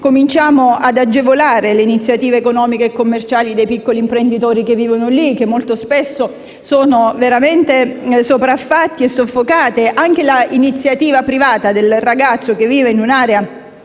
Cominciamo così ad agevolare le iniziative economiche e commerciali dei piccoli imprenditori che vivono in quei Comuni e che molto spesso sono veramente sopraffatti e soffocati. Anche l'iniziativa privata del ragazzo che vive nell'area